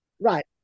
right